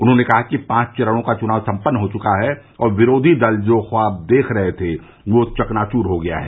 उन्होंने कहा कि पांच चरणों का चुनाव सम्पन्न हो चुका है और विरोधी दल जो ख्वाब देख रहे थे वह चकनाचूर हो गया है